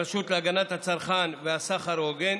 ברשות להגנת הצרכן ולסחר הוגן,